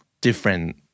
different